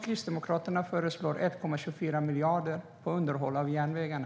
Kristdemokraterna föreslår 1,24 miljarder till underhåll av järnvägarna.